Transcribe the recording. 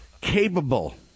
capable